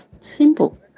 Simple